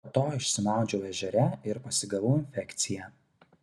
po to išsimaudžiau ežere ir pasigavau infekciją